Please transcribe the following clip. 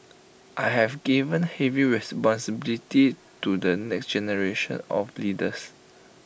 I have given heavy responsibilities to the next generation of leaders